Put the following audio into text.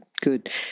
good